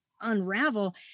unravel